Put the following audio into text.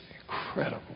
incredible